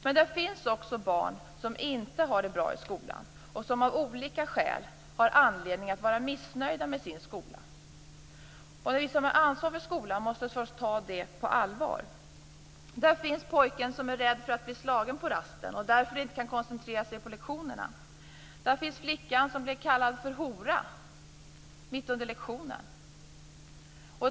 Men det finns också barn som inte har det bra i skolan och som av olika skäl har anledning att vara missnöjda med sin skola. Vi som har ansvaret för skolan måste förstås ta det på allvar. Där finns pojken som är rädd för att bli slagen på rasten och därför inte kan koncentrera sig på lektionerna. Där finns flickan som kallas för hora mitt under lektionen.